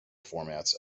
formats